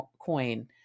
coin